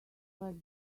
like